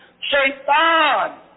Shaitan